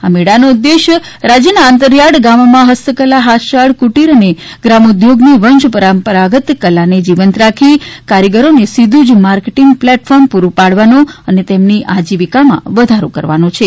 આ મેળાનો ઉદ્દેશ્ય રાજ્યના અંતરિયાળ ગામોમાં હસ્તકલા હાથશાળ કુટિર અને ગ્રામોદ્યોગની વંશ પરંપરાગત કલાને જીવંત રાખી કારીગરોને સીધુ જ માર્કેટીંગ પ્લેટફોર્મ પુરૂ પાડવાનો અને તેમની આજીવીકામાં વધારો કરવાનો છે